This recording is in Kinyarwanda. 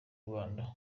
rwanda